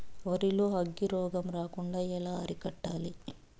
వరి లో అగ్గి రోగం రాకుండా ఎలా అరికట్టాలి?